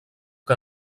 que